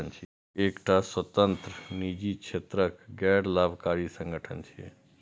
ई एकटा स्वतंत्र, निजी क्षेत्रक गैर लाभकारी संगठन छियै